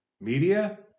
Media